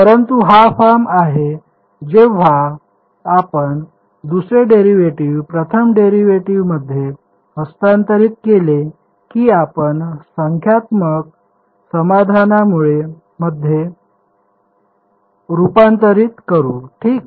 परंतु हा फॉर्म आहे जेव्हा आपण दुसरे डेरिव्हेटिव्ह प्रथम डेरिव्हेटिव्हमध्ये हस्तांतरित केले की आपण संख्यात्मक समाधानामध्ये रूपांतरित करू ठीक